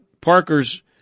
Parker's